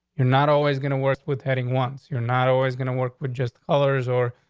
you're not always gonna work with heading once you're not always gonna work with just colors or,